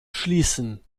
schließen